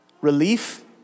Relief